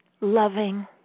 loving